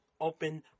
open